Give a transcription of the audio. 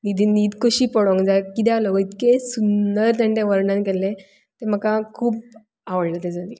न्हिद कशी पडूंक जाय कित्याक लागून इतके सुंदर तांणे ते वर्णन केल्लें ते म्हाका खूब आवडले ताजो लेख